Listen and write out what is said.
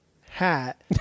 hat